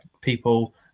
people